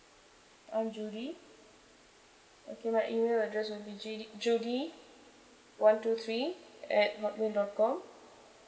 N G J U D Y okay my email address will be J U D Y one two three at hotmail dot com